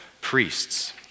priests